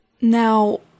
Now